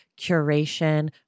curation